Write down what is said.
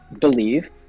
believe